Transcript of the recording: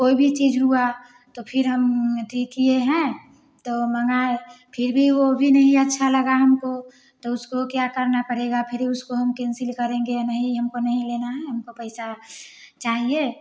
कोई भी चीज़ हुआ तो फिर हम किए हैं तो मँगाए फिर भी वो भी नहीं अच्छा लगा हमको तो उसको क्या करना पड़ेगा फिर ही उसको हम केंसिल करेंगे या नहीं हमको नहीं लेना है हमको पैसा चाहिए